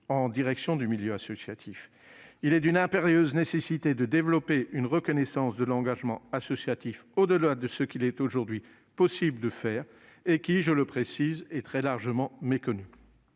en direction du milieu associatif. Il est d'une impérieuse nécessité de développer une reconnaissance de l'engagement associatif au-delà de ce qu'il est aujourd'hui possible de faire et qui, je le précise, est très largement méconnu.